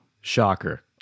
Shocker